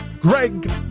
greg